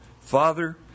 Father